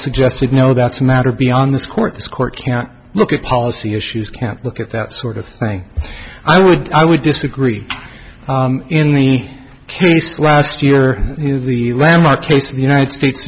suggested no that's a matter beyond this court this court can't look at policy issues can't look at that sort of thing i would i would disagree in the case last year the landmark case the united states